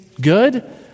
good